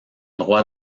droit